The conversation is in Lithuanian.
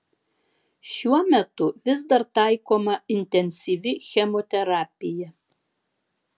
šiuo metu vis dar taikoma intensyvi chemoterapija